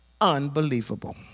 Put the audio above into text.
Unbelievable